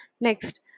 Next